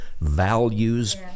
Values